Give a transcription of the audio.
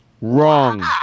Wrong